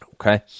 Okay